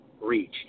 reach